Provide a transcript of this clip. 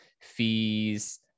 fees